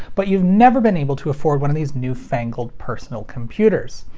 but you've never been able to afford one of these newfangled personal computers.